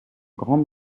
grande